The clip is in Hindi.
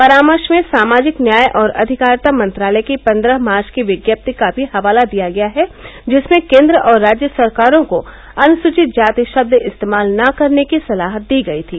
परामर्श में सामाजिक न्याय और आधिकारिता मंत्रालय की पन्द्रह मार्व की विज्ञप्ति का भी हवाला दिया गया है जिसमें केन्द्र और राज्य सरकारों को अनुसूचित जाति शब्द इस्तेमाल न करने की सलाह दी गई थी